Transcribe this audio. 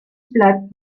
bleibt